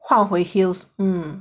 换回 heels mm